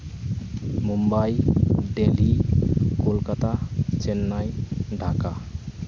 Mumbai Delhi Kolkata Chennai Dhaka